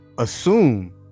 assume